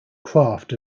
craft